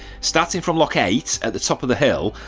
starting from lock eight at the top of the hill,